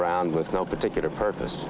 around with no particular purpose